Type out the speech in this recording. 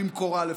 במקורה לפחות,